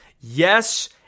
Yes